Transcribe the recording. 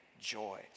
joy